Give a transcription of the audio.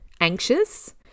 anxious